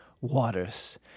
waters